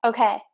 Okay